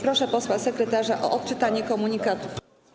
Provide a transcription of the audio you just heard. Proszę posła sekretarza o odczytanie komunikatów.